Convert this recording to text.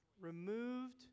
removed